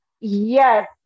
Yes